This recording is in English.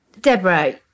Deborah